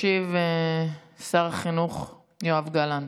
ישיב שר החינוך יואב גלנט.